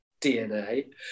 DNA